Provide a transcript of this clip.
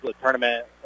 Tournament